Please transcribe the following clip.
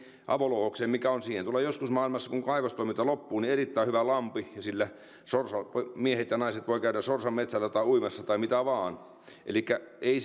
avolouhokseen mikä on tulee joskus maailmassa kun kaivostoiminta loppuu erittäin hyvä lampi ja siellä sorsamiehet ja naiset voivat käydä sorsametsällä tai uimassa tai mitä vain elikkä ei